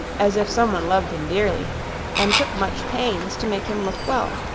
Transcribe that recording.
as if someone loved him dearly and took much pains to make him look well.